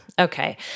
Okay